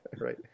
Right